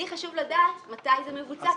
לי חשוב לדעת מתי זה מבוצע,